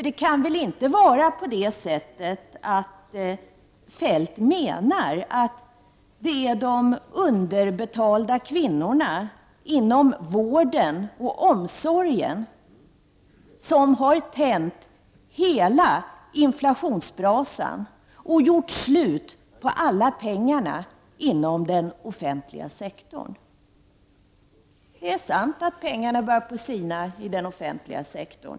Det kan väl inte vara så att Kjell-Olof Feldt menar att det är de underbetalda kvinnorna inom vården och omsorgen som har tänt hela inflationsbrasan och gjort slut på alla pengarna inom den offentliga sektorn? Det är sant att pengarna börjar sina i den offentliga sektorn.